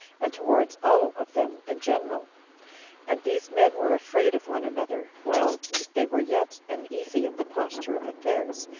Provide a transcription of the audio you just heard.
and towards all of them in general and these men were afraid of one another, while they were yet uneasy at the posture of affairs,